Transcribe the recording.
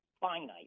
finite